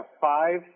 five